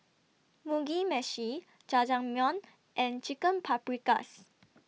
Mugi Meshi Jajangmyeon and Chicken Paprikas